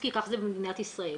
כי כך זה במדינת ישראל,